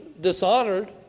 dishonored